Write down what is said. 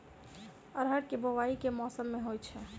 अरहर केँ बोवायी केँ मौसम मे होइ छैय?